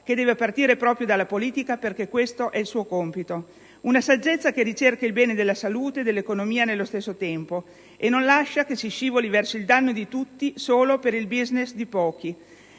che deve partire proprio dalla politica, perché questo è il suo compito; una saggezza che ricerca il bene della salute e dell'economia nello stesso tempo e non lascia che si scivoli verso il danno di tutti solo per il *business* di pochi.